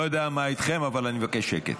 לא יודע מה איתכם אבל אני מבקש שקט.